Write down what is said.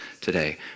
today